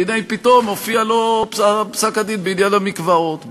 הנה פתאום הופיע לו פסק-הדין בעניין המקוואות.